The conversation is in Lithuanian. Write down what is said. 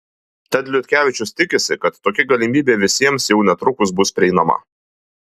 tad liutkevičius tikisi kad tokia galimybė visiems jau netrukus bus prieinama